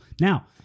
Now